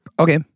Okay